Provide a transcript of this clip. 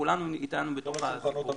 כולם איתנו בתוך הסיפור הזה.